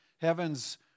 heaven's